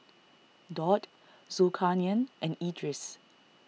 Daud Zulkarnain and Idris